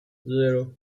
zero